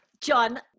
John